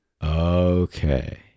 okay